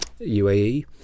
UAE